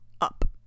up